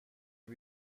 این